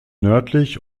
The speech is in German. nördlich